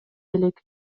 элек